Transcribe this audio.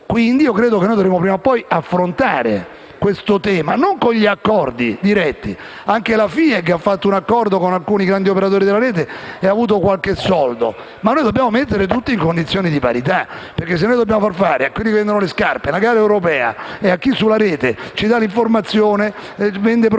Quindi io credo che noi dovremo prima o poi affrontare questo tema, non con gli accordi diretti. Anche la FIEG ha fatto un accordo con alcuni grandi operatori della rete ed ha avuto qualche soldo. Ma noi dobbiamo mettere tutti in condizione di parità, perché, se dobbiamo far fare a quelli che vendono le scarpe una gara europea e a chi sulla rete ci dà l'informazione o ci vende prodotti